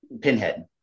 pinhead